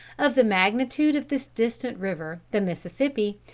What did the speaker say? of the magnitude of this distant river, the mississippi,